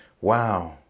wow